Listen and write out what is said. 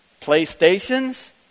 Playstations